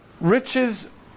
Riches